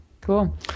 cool